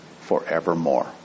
Forevermore